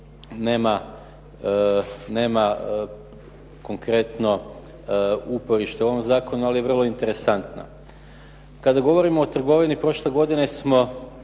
nema konkretno uporište u ovom zakonu, ali je vrlo interesantna. Kada govorimo o trgovini prošle godine smo